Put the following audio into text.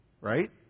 right